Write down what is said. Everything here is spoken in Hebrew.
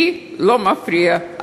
לי לא מפריע,